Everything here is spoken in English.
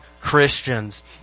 Christians